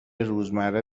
روزمره